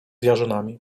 jarzynami